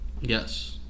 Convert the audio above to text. Yes